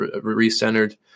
re-centered